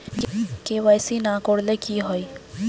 KYC না করলে কি হয়?